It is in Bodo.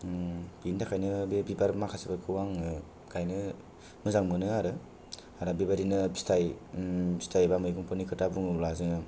बिनि थाखायनो बे बिबार माखासेफोरखौ आङो गायनो मोजां मोनो आरो आरो बेबायदिनो फिथाय फिथाय बा मैगंफोरनि खोथा बुयोब्ला जोंओ